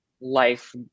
life